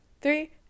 three